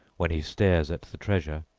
when he stares at the treasure,